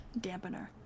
dampener